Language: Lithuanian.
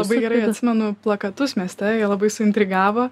labai gerai atsimenu plakatus mieste jie labai suintrigavo